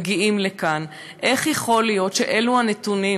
מגיעים לכאן, איך יכול להיות שאלו הנתונים?